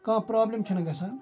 کانٛہہ پرابلِم چھَنہٕ گَژھان